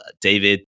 David